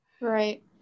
Right